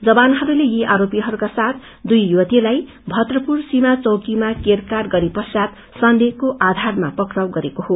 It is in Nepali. जवानहरूले यी आरोपीहरूका साथ दुई युवतीहरूलाई भद्रपुर सीमा चौकीमा केरकार गरेपश्चात सन्देहको आधारमा पक्राउ गरेको हो